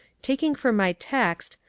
taking for my text,